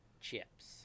Chips